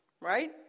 right